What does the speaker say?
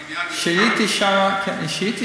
הבניין, כשהייתי שם,